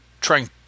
trying